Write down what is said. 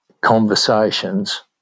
conversations